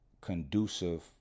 conducive